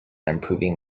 improving